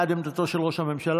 בעד עמדתו של ראש הממשלה,